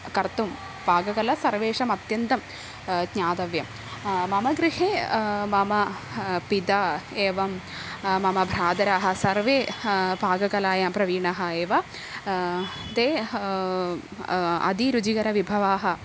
कर्तुं पाककला सर्वेषामत्यन्तं ज्ञातव्यं मम गृहे मम पिता एवं मम भ्रातरः सर्वे पाककलायां प्रवीणः एव ते अतिरुचिकरविभवाः